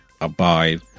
abide